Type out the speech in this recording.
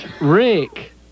Rick